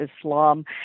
Islam